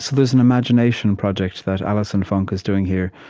so there's an imagination project that allison funk is doing here.